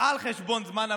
על חשבון זמן המליאה.